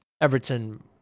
Everton